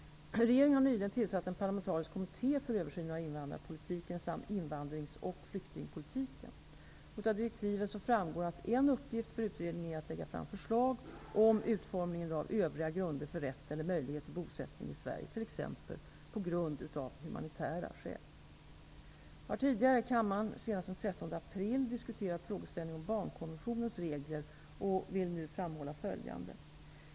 Regeringen har nyligen tillsatt en parlamentarisk kommitté för översyn av invandrarpolitiken samt invandrings och flyktingpolitiken. Av direktiven framgår att en uppgift för utredningen är att lägga fram förslag om utformningen av övriga grunder för rätt eller möjlighet till bosättning i Sverige, t.ex. av humanitära skäl. Jag har tidigare här i kammaren, senast den 13 april, diskuterat frågeställningen om barnkonventionens regler och vill nu framhålla följande.